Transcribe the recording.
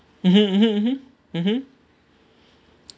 mmhmm mmhmm mmhmm mmhmm